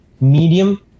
medium